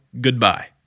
Goodbye